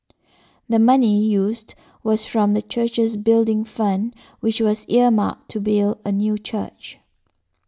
the money used was from the church's Building Fund which was earmarked to build a new church